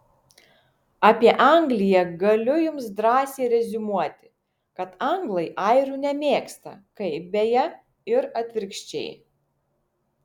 apie angliją galiu jums drąsiai reziumuoti kad anglai airių nemėgsta kaip beje ir atvirkščiai